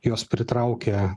jos pritraukia